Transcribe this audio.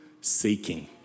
seeking